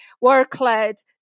work-led